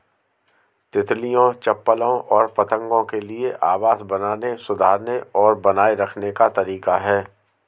तितलियों, चप्पलों और पतंगों के लिए आवास बनाने, सुधारने और बनाए रखने का तरीका है